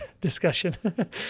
discussion